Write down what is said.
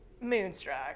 Moonstruck